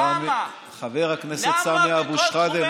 חבר הכנסת סמי אבו שחאדה,